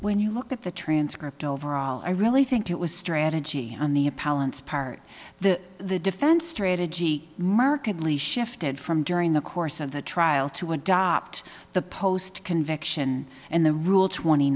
when you look at the transcript overall i really think it was strategy on the appellant's part the the defense strategy markedly shifted from during the course of the trial to adopt the post conviction and the rule twenty